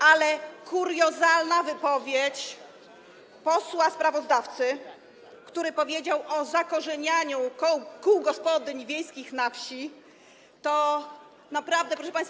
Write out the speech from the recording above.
Ale kuriozalna wypowiedź posła sprawozdawcy, który powiedział o zakorzenianiu kół gospodyń wiejskich na wsi, to naprawdę, proszę państwa.